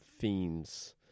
fiends